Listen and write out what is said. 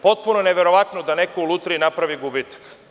Potpuno je neverovatno da neko u Lutriji napravi gubitak.